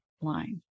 line